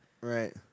Right